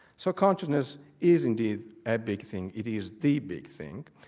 so consciousness is indeed a big thing. it is the big thing.